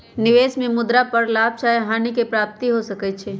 निवेश में मुद्रा पर लाभ चाहे हानि के प्राप्ति हो सकइ छै